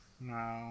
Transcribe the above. No